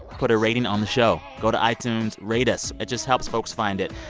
put a rating on the show. go to itunes. rate us. it just helps folks find it.